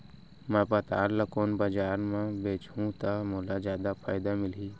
मैं पताल ल कोन बजार म बेचहुँ त मोला जादा फायदा मिलही?